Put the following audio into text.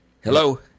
Hello